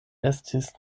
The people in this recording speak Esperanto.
estis